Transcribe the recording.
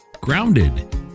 Grounded